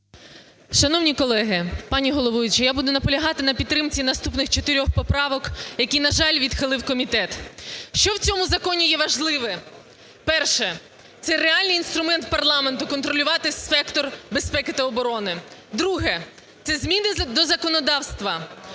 Шановні колеги, пані головуюча, я буду наполягати на підтримці наступних чотирьох поправок, які, на жаль, відхилив комітет. Що в цьому законі є важливе? Перше. Це реальний інструмент парламенту контролювати сектор безпеки та оборони. Друге. Це зміни до законодавства,